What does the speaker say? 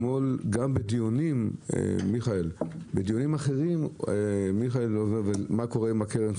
בדיונים אחרים מיכאל אומר מה קורה עם הקרן.